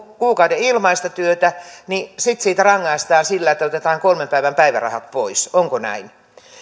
kuukauden ilmaista työtä niin sitten siitä rangaistaan sillä että otetaan kolmen päivän päivärahat pois onko näin